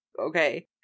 okay